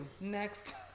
Next